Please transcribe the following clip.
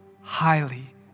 highly